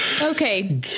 Okay